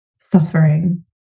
suffering